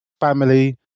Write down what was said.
family